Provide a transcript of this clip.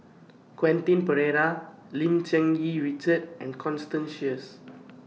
Quentin Pereira Lim Cherng Yih Richard and Constance Sheares